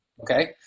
okay